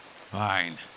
Fine